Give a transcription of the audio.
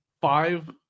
five